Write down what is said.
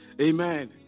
Amen